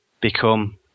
become